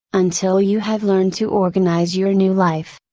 until you have learned to organize your new life.